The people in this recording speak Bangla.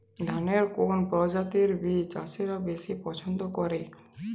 ধানের কোন প্রজাতির বীজ চাষীরা বেশি পচ্ছন্দ করে?